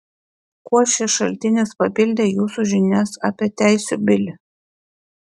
kuo šis šaltinis papildė jūsų žinias apie teisių bilį